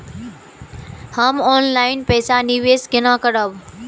हम ऑनलाइन पैसा निवेश केना करब?